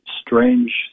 strange